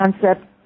concept